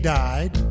died